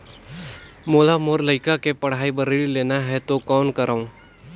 मोला मोर लइका के पढ़ाई बर ऋण लेना है तो कौन करव?